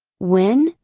when,